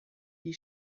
die